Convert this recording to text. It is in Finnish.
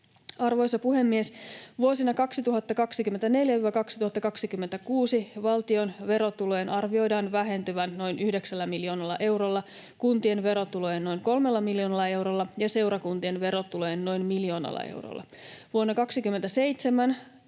Arvoisa puhemies! Vuosina 2024—2026 valtion verotulojen arvioidaan vähentyvän noin yhdeksällä miljoonalla eurolla, kuntien verotulojen noin kolmella miljoonalla eurolla ja seurakuntien verotulojen noin miljoonalla eurolla. Vuonna 27